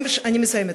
אני מסיימת.